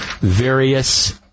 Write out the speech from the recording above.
various